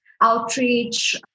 outreach